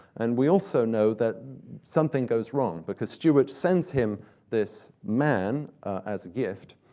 and we also know that something goes wrong because stewart sends him this man, as a gift,